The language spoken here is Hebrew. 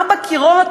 ארבעה קירות,